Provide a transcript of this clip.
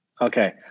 Okay